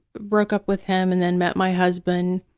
broke up with him and then met my husband.